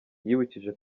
yibukije